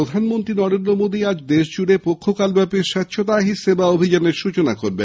প্রধানমন্ত্রী নরেন্দ্র মোদী আজ দেশ জুড়ে পক্ষকাল ব্যাপী স্বচ্ছতা হি সেবা অভিযানের সৃচনা করবেন